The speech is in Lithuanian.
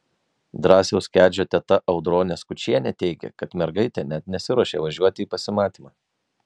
drąsiaus kedžio teta audronė skučienė teigė kad mergaitė net nesiruošė važiuoti į pasimatymą